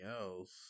else